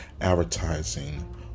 advertising